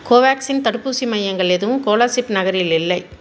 கோவேக்சின் தடுப்பூசி மையங்கள் எதுவும் கோலாசிப் நகரில் இல்லை